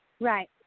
Right